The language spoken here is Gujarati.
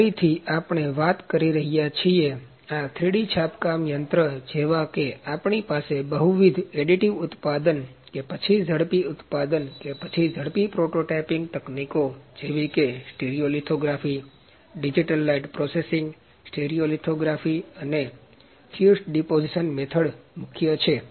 ફરીથી આપણે વાત કરી રહ્યા છીએ આ 3D છાપકામ યંત્ર જેવા કે આપણી પાસે બહુવિધ એડીટિવ ઉત્પાદન કે પછી ઝડપી ઉત્પાદન કે પછી ઝડપી પ્રોટોટાઈપિંગ તકનીકોજેવી કે steel lithography digital light processing stereo lithography અને ફ્યુઝડ ડિપોજીસન મેથડ મુખ્ય છે